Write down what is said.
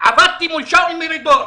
עבדתי מול שאול מרידור,